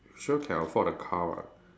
sure can afford a car [what]